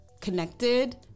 connected